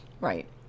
Right